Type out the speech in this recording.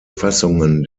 fassungen